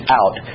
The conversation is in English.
out